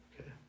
Okay